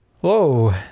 Whoa